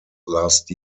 last